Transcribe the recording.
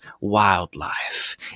wildlife